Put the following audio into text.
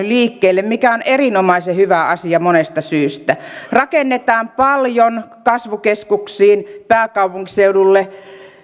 liikkeelle mikä on erinomaisen hyvä asia monesta syystä rakennetaan paljon kasvukeskuksiin pääkaupunkiseudulle